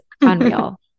unreal